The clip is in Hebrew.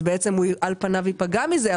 אז בעצם הוא על פניו ייפגע מזה.